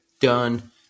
done